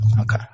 Okay